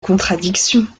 contradiction